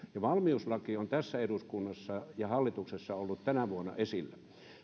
valmiuslaki on tässä eduskunnassa ja hallituksessa ollut tänä vuonna